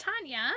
Tanya